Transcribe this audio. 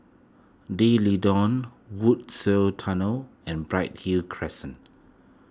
D'Leedon Woodsville Tunnel and Bright Hill Crescent